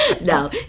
no